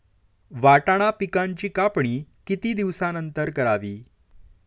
वाटाणा पिकांची कापणी किती दिवसानंतर करावी?